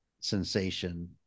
sensation